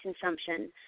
consumption